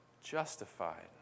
justified